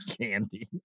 candy